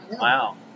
Wow